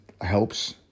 helps